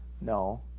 No